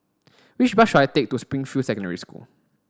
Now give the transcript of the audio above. which bus should I take to Springfield Secondary School